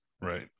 Right